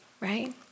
Right